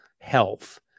health